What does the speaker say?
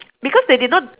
because they did not